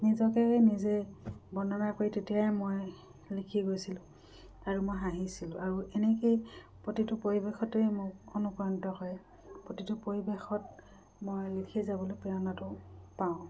নিজকেই নিজে বৰ্ণনা কৰি তেতিয়াই মই লিখি গৈছিলোঁ আৰু মই হাঁহিছিলোঁ আৰু এনেকৈয়ে প্ৰতিটো পৰিৱেশতেই মোক অনুপ্ৰাণিত কৰে প্ৰতিটো পৰিৱেশত মই লিখি যাবলৈ প্ৰেৰণাটো পাওঁ